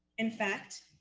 in fact,